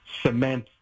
cement